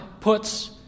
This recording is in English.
puts